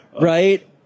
Right